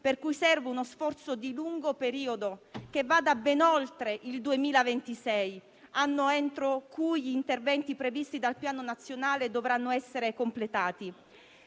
pertanto, serve uno sforzo di lungo periodo che vada ben oltre il 2026, anno entro cui gli interventi previsti dal Piano nazionale dovranno essere completati.